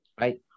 right